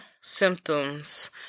symptoms